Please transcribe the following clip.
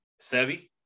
Sevi